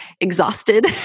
exhausted